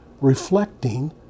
reflecting